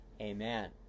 Amen